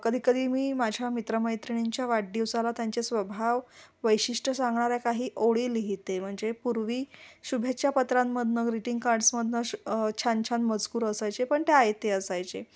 कधीकधी मी माझ्या मित्र मैत्रिणींच्या वाढदिवसाला त्यांचे स्वभाव वैशिष्ट सांगणाऱ्या काही ओळी लिहिते म्हणजे पूर्वी शुभेच्छा पत्रांमधून ग्रीटिंग कार्ड्समधून श छान छान मजकूर असायचे पण ते आयते असायचे